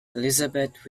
elizabeth